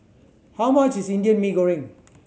how much is Indian Mee Goreng